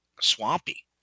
swampy